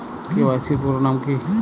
KYC এর পুরোনাম কী?